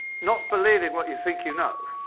not believing what you think you know.